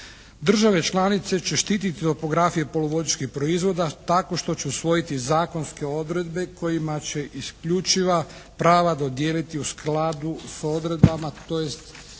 Države članice će štititi topografije poluvodičkih proizvoda tako što će usvojiti zakonske odredbe kojima će isključiva prava dodijeliti u skladu s odredbama, tj.